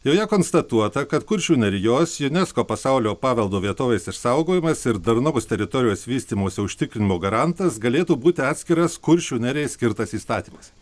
joje konstatuota kad kuršių nerijos unesco pasaulio paveldo vietovės išsaugojimas ir darnaus teritorijos vystymosi užtikrinimo garantas galėtų būti atskiras kuršių nerijai skirtas įstatymas